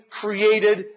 created